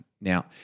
Now